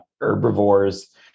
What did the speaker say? herbivores